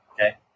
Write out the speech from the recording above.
okay